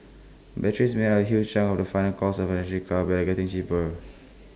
batteries make up A huge chunk of the final cost of an electric car but they are getting cheaper